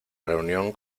reunión